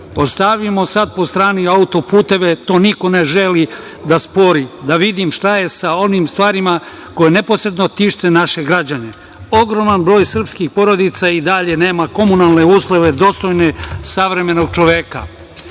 Ostavimo sad po strani autoputeve, to niko ne želi da spori, da vidim šta je sa onim stvarima koje neposredno tište naše građane. Ogroman broj srpskih porodica i dalje nema komunalne uslove dostojne savremenog čoveka.